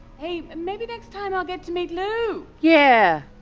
hey maybe next time i'll get to meet lou. yeah.